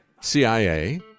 CIA